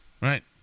right